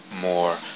more